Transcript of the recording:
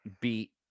beat